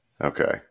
Okay